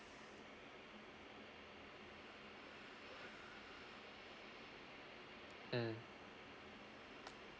mm